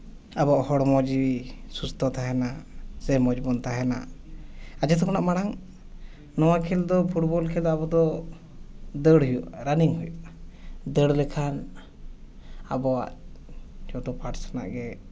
ᱟᱵᱚᱣᱟᱜ ᱦᱚᱲᱢᱚ ᱡᱤᱣᱤ ᱥᱩᱥᱛᱷᱚ ᱛᱟᱦᱮᱱᱟ ᱥᱮ ᱢᱚᱡᱽ ᱵᱚᱱ ᱛᱟᱦᱮᱱᱟ ᱟᱨ ᱡᱚᱛᱚ ᱠᱷᱚᱱᱟᱜ ᱢᱟᱲᱟᱝ ᱱᱚᱣᱟ ᱠᱷᱮᱞ ᱫᱚ ᱯᱷᱩᱴᱵᱚᱞ ᱠᱷᱮᱞ ᱫᱚ ᱟᱵᱚ ᱫᱚ ᱫᱟᱹᱲ ᱦᱩᱭᱩᱜᱼᱟ ᱨᱟᱱᱤᱝ ᱦᱩᱭᱩᱜᱼᱟ ᱫᱟᱹᱲ ᱞᱮᱠᱷᱟᱱ ᱟᱵᱚᱣᱟᱜ ᱡᱚᱛᱚ ᱯᱟᱨᱴᱥ ᱨᱮᱱᱟᱜ ᱜᱮ